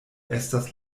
estas